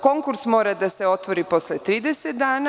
Konkurs mora da se otvori posle 30 dana.